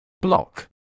block